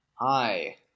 Hi